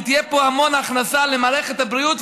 ותהיה פה המון הכנסה למערכת הבריאות,